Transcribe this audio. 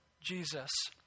Jesus